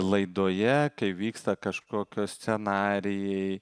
laidoje kai vyksta kažkokie scenarijai